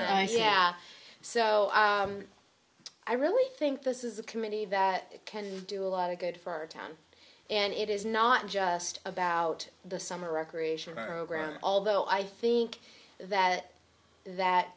and yeah so i really think this is a committee that can do a lot of good for our town and it is not just about the summer recreation programs although i think that that